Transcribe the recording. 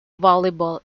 volleyball